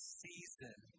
season